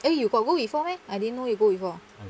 eh you got go before meh I didn't know you go before second job